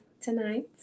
tonight